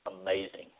amazing